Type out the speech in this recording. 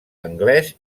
anglès